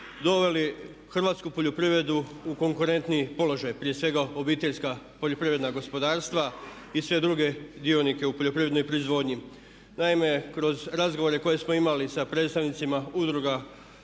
doveli hrvatsku poljoprivredu u konkurentni položaj prije svega obiteljska poljoprivredna gospodarstva i sve druge dionike u poljoprivrednoj proizvodnji. Naime, kroz razgovore koje smo imali sa predstavnicima udruga